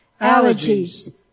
allergies